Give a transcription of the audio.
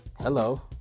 Hello